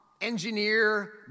engineer